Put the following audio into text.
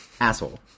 Asshole